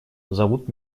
зовут